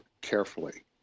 carefully